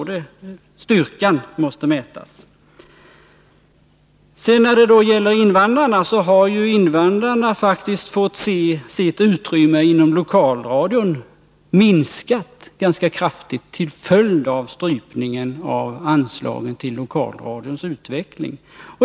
Styrkan måste alltså mätas ekonomiskt. När det sedan gäller invandrarna vill jag peka på att de faktiskt har fått se sitt utrymme inom lokalradion minskas ganska kraftigt till följd av strypningen av anslaget till lokalradions utveckling.